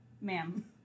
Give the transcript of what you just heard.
Ma'am